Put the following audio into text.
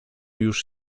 już